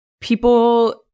People